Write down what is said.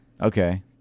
Okay